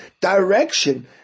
direction